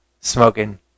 Smoking